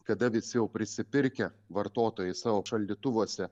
kada visi jau prisipirkę vartotojai savo šaldytuvuose